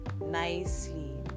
nicely